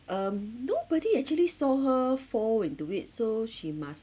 um nobody actually saw her fall into it so she must